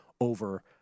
over